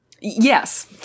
Yes